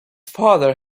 father